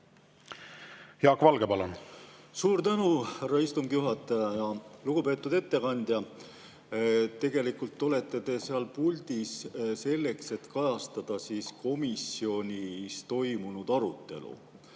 Jaak Valge, palun! Suur tänu, härra istungi juhataja! Lugupeetud ettekandja! Tegelikult olete te seal puldis selleks, et kajastada komisjonis toimunud arutelu